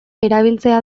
erabiltzea